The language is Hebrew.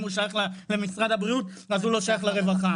או אם הוא שייך למשרד הבריאות אז הוא לא שייך לרווחה.